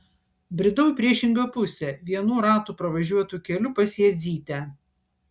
bridau į priešingą pusę vienų ratų pravažiuotu keliu pas jadzytę